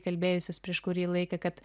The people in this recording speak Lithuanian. kalbėjusios prieš kurį laiką kad